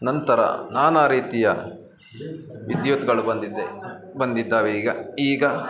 ನಂತರ ನಾನಾ ರೀತಿಯ ವಿದ್ಯುತ್ಗಳು ಬಂದಿದೆ ಬಂದಿದ್ದಾವೆ ಈಗ ಈಗ